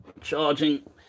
charging